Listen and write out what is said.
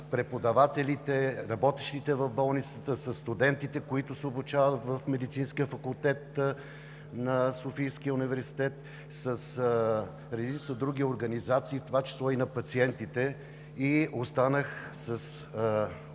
преподавателите, с работещите в Болницата, със студентите, които се обучават в Медицинския факултет на Софийския университет, с редица други организации, в това число и на пациентите. Останах с